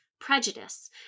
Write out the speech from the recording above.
prejudice